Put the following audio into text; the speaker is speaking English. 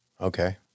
Okay